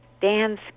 dan's